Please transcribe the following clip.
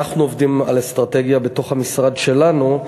אנחנו עובדים על אסטרטגיה בתוך המשרד שלנו,